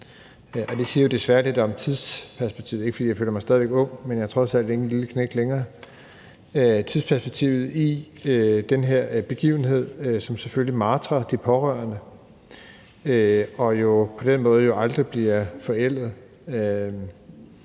det siger desværre lidt om tidsperspektivet – ikke fordi jeg ikke stadig føler mig ung, men jeg er trods alt ikke en lille knægt længere – for den her begivenhed, som selvfølgelig martrer de pårørende, og som på den måde aldrig bliver forældet.